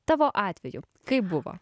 tavo atveju kaip buvo